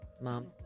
Mom